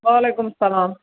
وعلیکُم سلام